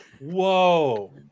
whoa